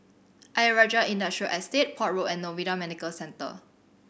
Ayer Rajah Industrial Estate Port Road and Novena Medical Centre